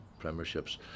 premierships